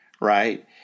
right